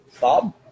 Bob